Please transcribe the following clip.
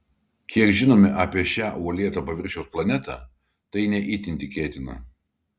kiek žinome apie šią uolėto paviršiaus planetą tai ne itin tikėtina